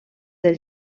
del